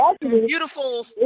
beautiful